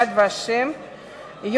יד ושם (תיקון,